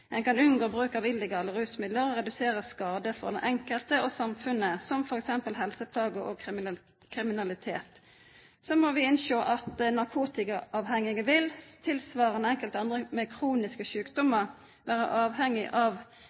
En kan unngå bruk av illegale rusmidler og redusere skader for den enkelte og samfunnet, som f.eks. helseplager og kriminalitet. Så må vi innse at noen narkotikaavhengige vil, tilsvarende enkelte andre med kroniske sykdommer, være avhengige av